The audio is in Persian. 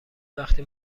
وقتی